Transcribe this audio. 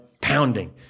pounding